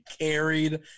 carried